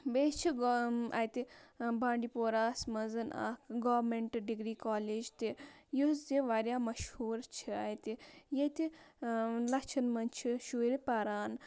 بیٚیہِ چھِ گو اَتہِ بانٛڈی پوراہَس منٛز اَکھ گورمنٹہٕ ڈِگری کالیج تہِ یُس زِ واریاہ مشہوٗر چھِ اَتہِ ییٚتہِ لَچھَن منٛز چھِ شُرۍ پَران